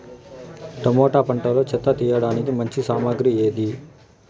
Tomato పంటలో చెత్త తీయడానికి మంచి సామగ్రి ఏది?